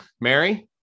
Mary